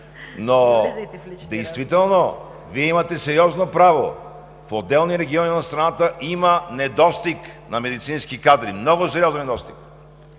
Но действително, Вие имате сериозно право. В отделни региони в страната има недостиг на медицински кадри. Много сериозен недостиг!